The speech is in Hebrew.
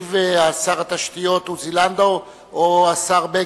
ישיב שר התשתיות עוזי לנדאו, או השר בגין.